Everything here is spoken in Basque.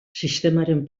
sistemaren